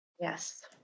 yes